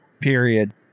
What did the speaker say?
Period